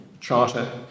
charter